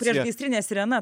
priešgaisrinė sirena